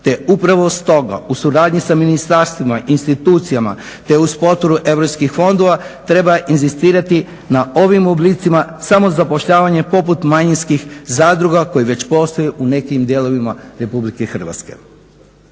te upravo stoga u suradnji sa ministarstvima, institucijama te uz potporu europskih fondova treba inzistirati na ovim oblicima samozapošljavanja poput manjinskih zadruga koje već postoje u nekim dijelovima RH.